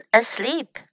asleep